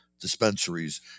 dispensaries